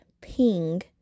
ping